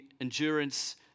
endurance